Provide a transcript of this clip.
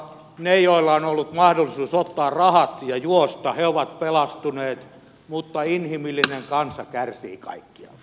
ne joilla on ollut mahdollisuus ottaa rahat ja juosta ovat pelastuneet mutta inhimillinen kansa kärsii kaikkialla